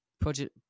Project